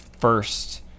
first